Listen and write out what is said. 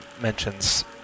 mentions